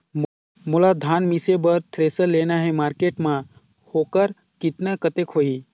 मोला धान मिसे बर थ्रेसर लेना हे मार्केट मां होकर कीमत कतेक होही?